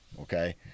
okay